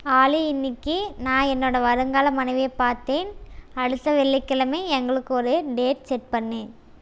ஆலி இன்னிக்கு நான் என்னோட வருங்கால மனைவியை பார்த்தேன் அடுத்த வெள்ளிக்கிழமை எங்களுக்கு ஒரு டேட் செட் பண்ணு